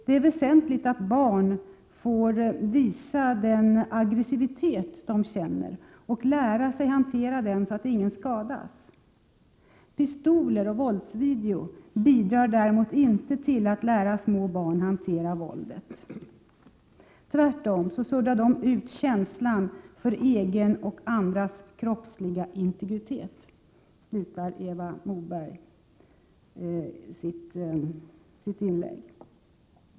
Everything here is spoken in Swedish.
”Det är väsentligt att barn får visa den aggressivitet de känner, och lära sig hantera den så att ingen skadas. Pistoler och våldsvideo bidrar däremot inte till att lära små barn hantera våldet. 207 Tvärtom suddar de ut känslan för egen och andras kroppsliga integritet”, slutar Eva Moberg sitt inlägg.